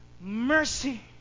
mercy